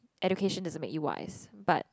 education doesn't make you wise but